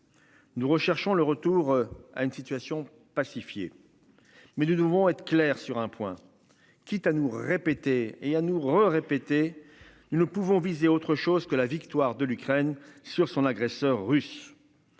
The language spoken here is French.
Nous recherchons le retour à une situation pacifiée. Mais de nouveau être clair sur un point. Quitte à nous répéter et à nous rend répéter il nous pouvons viser autre chose que la victoire de l'Ukraine sur son agresseur russe.